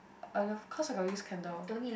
uh of course I got use candle